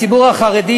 הציבור החרדי,